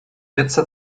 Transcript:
letzter